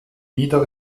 nieder